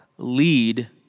lead